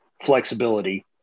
flexibility